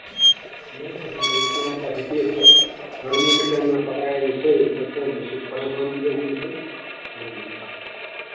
हँ हँ उतना तऽ होइते छै गर्मीके टाइममे पकड़ा जाइ छै इलेक्शन तऽ किछु परेशानी बढ़ि जाइ छै नहि नहि